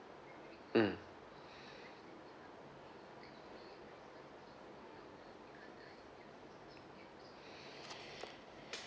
mm